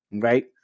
Right